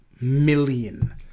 million